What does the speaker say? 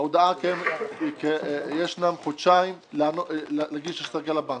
להודעה יש חודשיים להגיש השגה לבנק.